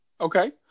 Okay